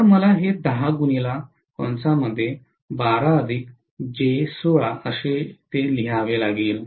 तर मला हे असे लिहावे लागेल